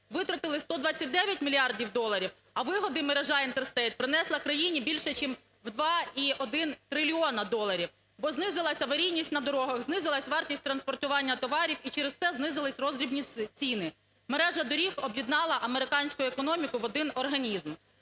Витратили 129 мільярдів доларів, а вигоди мережа Interstate принесла країні більше, чим у 2,1 трильйона доларів, бо знизилась аварійність на дорогах, знизилась вартість транспортування товарів, і через те знизилися роздрібні ціни. Мережа доріг об'єднала американську економіку в один організм.